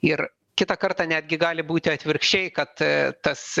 ir kitą kartą netgi gali būti atvirkščiai kad tas